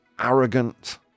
arrogant